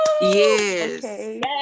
Yes